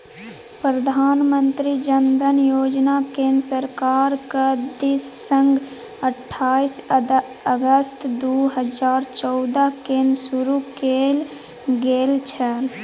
प्रधानमंत्री जन धन योजनाकेँ सरकारक दिससँ अट्ठाईस अगस्त दू हजार चौदहकेँ शुरू कैल गेल छल